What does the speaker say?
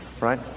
Right